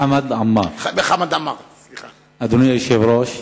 אדוני היושב-ראש,